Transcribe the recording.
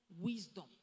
wisdom